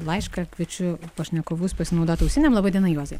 laišką kviečiu pašnekovus pasinaudoti ausinėm laba diena juozai